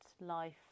life